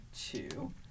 two